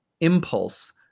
impulse